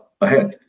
ahead